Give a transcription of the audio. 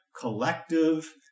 collective